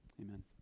Amen